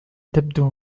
تبدو